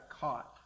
caught